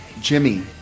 Jimmy